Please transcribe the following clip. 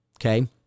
Okay